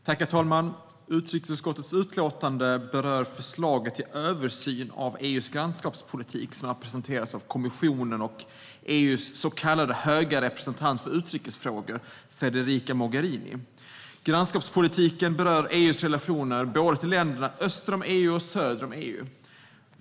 Herr talman! Utrikesutskottets utlåtande berör förslaget till översyn av EU:s grannskapspolitik som har presenterats av kommissionen och EU:s så kallade höga representant för utrikesfrågor Federica Mogherini. Grannskapspolitiken berör EU:s relationer till länder både öster och söder om EU.